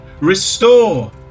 restore